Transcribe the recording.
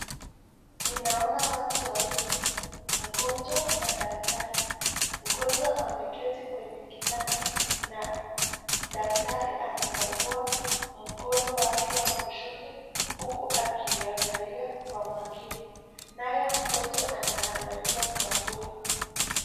Ninaona watu wawili, mgonjwa na daktari. Mgonjwa ameketi kwenye kitanda na daktari anakagua mkono wake wa kushoto huku akiangalia kwa makini. Naye mtoto anaangalia kwa hofu.